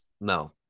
no